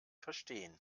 verstehen